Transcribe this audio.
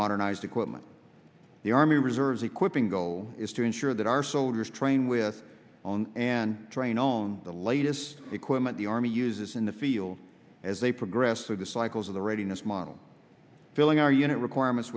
modernized equipment the army reserves equipping go is to ensure that our soldiers train with on and train own the latest equipment the army uses in the field as they progress through the cycles of the readiness model filling our unit requirements